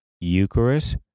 Eucharist